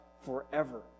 forever